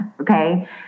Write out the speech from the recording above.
Okay